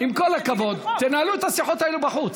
עם כל הכבוד, תנהלו את השיחות האלה בחוץ.